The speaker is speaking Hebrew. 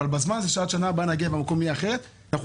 אבל כדי שבשנה הבאה נגיע לשם והמקום יהיה שונה אנחנו